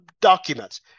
documents